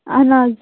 اَہَن حظ